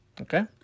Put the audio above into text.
okay